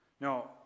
Now